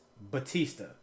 Batista